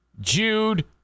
Jude